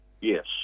Yes